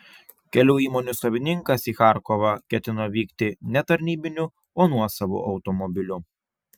kelių įmonių savininkas į charkovą ketino vykti ne tarnybiniu o nuosavu automobiliu